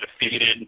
defeated